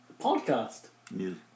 podcast